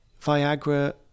Viagra